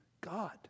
God